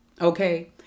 okay